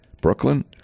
Brooklyn